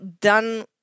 done